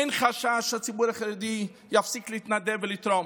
אין חשש שהציבור החרדי יפסיק להתנדב ולתרום.